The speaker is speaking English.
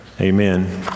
amen